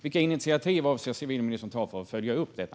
Vilka initiativ avser civilministern att ta för att följa upp detta?